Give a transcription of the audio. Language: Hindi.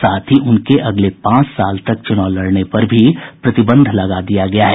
साथ ही उनके अगले पांच साल तक चुनाव लड़ने पर भी प्रतिबंध लगा दिया गया है